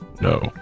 No